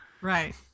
Right